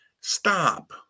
Stop